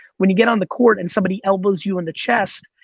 when you get on the court and somebody elbows you in the chest,